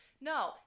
No